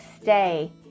stay